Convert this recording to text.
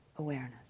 Awareness